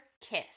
Kiss